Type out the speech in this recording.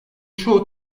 çoğu